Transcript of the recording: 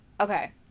Okay